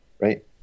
right